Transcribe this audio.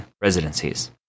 residencies